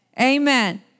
Amen